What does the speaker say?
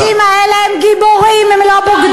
האנשים האלה הם גיבורים, הם לא בוגדים.